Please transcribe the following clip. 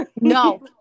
No